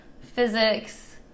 physics